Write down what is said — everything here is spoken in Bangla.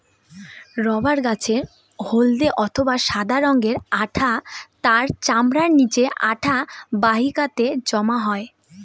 রবার গাছের হল্দে অথবা সাদা রঙের আঠা তার চামড়ার নিচে আঠা বাহিকাতে জমা হয়